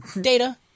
Data